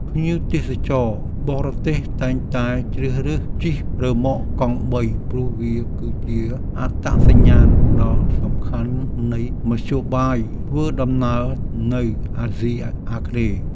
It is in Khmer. ភ្ញៀវទេសចរបរទេសតែងតែជ្រើសរើសជិះរ៉ឺម៉កកង់បីព្រោះវាគឺជាអត្តសញ្ញាណដ៏សំខាន់នៃមធ្យោបាយធ្វើដំណើរនៅអាស៊ីអាគ្នេយ៍។